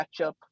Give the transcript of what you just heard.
matchup